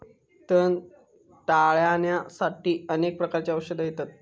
तण टाळ्याण्यासाठी अनेक प्रकारची औषधा येतत